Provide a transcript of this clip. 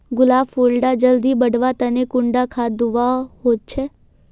गुलाब फुल डा जल्दी बढ़वा तने कुंडा खाद दूवा होछै?